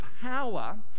power